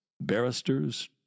Barristers